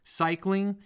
cycling